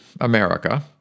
America